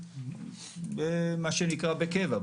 שיהיו במה שנקרא בקבע.